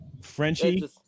Frenchie